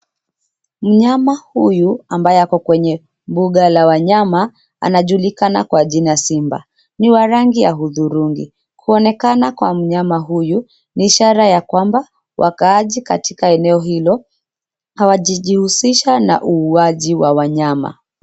Mnyama huyu ambaye ako kwenye mbuga la wanyama anajulikana kwa jina simba. Ni wa rangi ya hudhurungi .Kunaonekana kwa mnyama huyu ni ishara ya kwamba wakaaji katika eneo hilo hawajihusishi na uuaji wa wanyama.